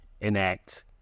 enact